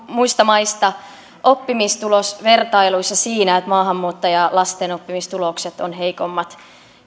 muista maista oppimistulosvertailuissa siinä että maahanmuuttajalasten oppimistulokset ovat heikommat